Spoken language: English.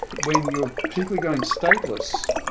when you're particularly going stateless,